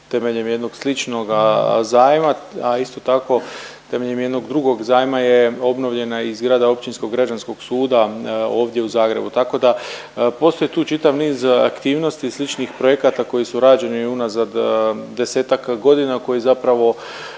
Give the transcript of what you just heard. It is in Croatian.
temeljem jednoga sličnoga zajma, a isto tako, temeljem jednog drugog zajma je obnovljena i zgrada Općinskog građanskog suda ovdje u Zagrebu. Tako da, postoji tu čitav niz aktivnosti i sličnih projekata koje su rađeni unazad 10-ak godina koji zapravo